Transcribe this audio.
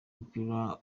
mupira